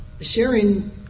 sharing